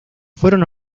fueron